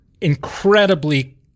incredibly